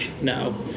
now